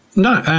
no,